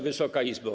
Wysoka Izbo!